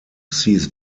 sees